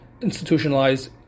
institutionalized